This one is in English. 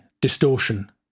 distortion